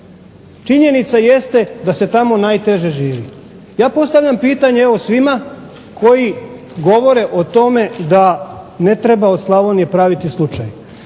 činjenica jeste da se tamo najteže živi. Ja postavljam pitanje evo svima koji govore o tome da ne treba od Slavonije praviti slučaj.